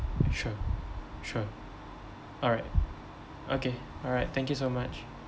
sure sure alright okay alright thank you so much